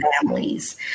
families